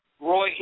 Roy